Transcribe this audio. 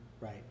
right